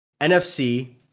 NFC